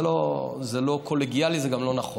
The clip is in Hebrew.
זה לא קולגיאלי, וזה גם לא נכון.